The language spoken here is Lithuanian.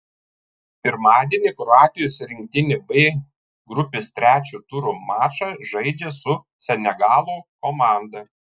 pirmadienį kroatijos rinktinė b grupės trečio turo mačą žaidžia su senegalo komanda